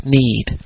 need